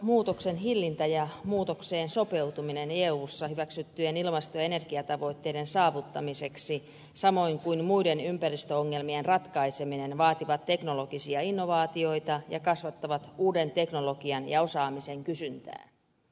ilmastonmuutoksen hillintä ja muutokseen sopeutuminen eussa hyväksyttyjen ilmasto ja energiatavoitteiden saavuttamiseksi samoin kuin muiden ympäristöongelmien ratkaiseminen vaativat teknologisia innovaatioita ja kasvattavat uuden teknologian ja osaamisen kysyntää